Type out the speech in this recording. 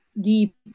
deep